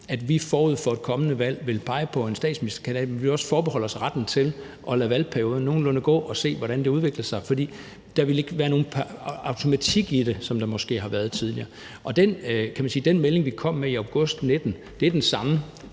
at vi forud for et kommende valg ville pege på en statsministerkandidat, men at vi også ville forbeholde os retten til at lade valgperioden nogenlunde gå og se, hvordan det udviklede sig, for der vil ikke være nogen automatik i det, som der måske har været tidligere. Den melding, vi kom med i august 2019, er præcis den samme